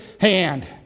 hand